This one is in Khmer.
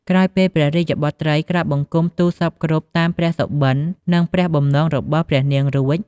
ក្រោយពេលព្រះរាជបុត្រីក្រាបបង្គំទូលសព្វគ្រប់តាមព្រះសុបិន និងព្រះបំណងរបស់ព្រះនាងរួច។